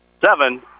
seven